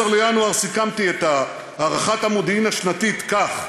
ב-12 בינואר סיכמתי את הערכת המודיעין השנתית כך: